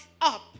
up